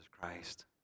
Christ